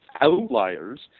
outliers